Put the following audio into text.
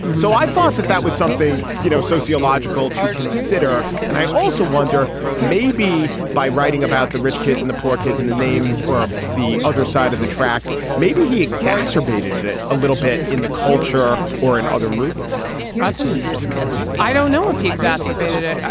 so i thought that that was something, you know, sociological to consider. and i also wonder maybe by writing about the rich kids and the poor kids and the names or the other side of the tracks, maybe he exacerbated it a little bit in the culture or in other movies that's an interesting point. i don't know if he exacerbated it.